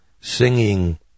singing